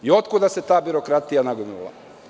Otkuda se ta birokratija nagomilala?